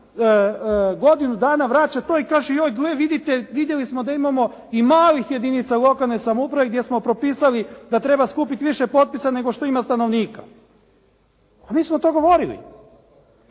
godinu dana vraća to i kaže joj, gle vidite, vidjeli smo da imamo i malih jedinica lokalne samouprave gdje smo propisali da treba skupiti više potpisa nego što ima stanovnika. pa mi smo to govorili